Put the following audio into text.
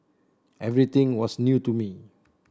everything was new to me